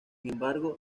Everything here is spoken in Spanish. embargo